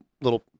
little